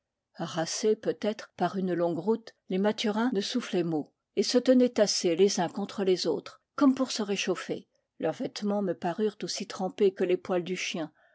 harassés peut-être par une longue route les mathurins ne soufflaient mot et se tenaient tassés les uns contre les autres comme pour se réchauffer leurs vêtements me parurent aussi trempés que les poils du chien